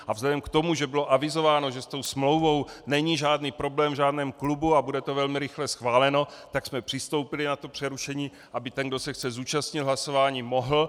A vzhledem k tomu, že bylo avizováno, že s tou smlouvou není žádný problém v žádném klubu a bude to velmi rychle schváleno, tak jsme přistoupili na to přerušení, aby ten, kdo se chce zúčastnit hlasování, mohl.